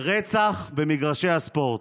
רצח במגרשי הספורט.